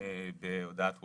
בהודעת ווטסאפ,